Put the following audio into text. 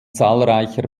zahlreicher